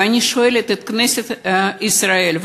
ואני שואלת את כנסת ישראל,